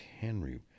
Henry